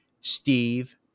Steve